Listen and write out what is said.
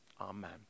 Amen